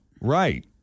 Right